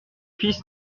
fils